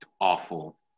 awful